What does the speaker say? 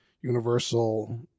universal